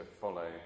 follow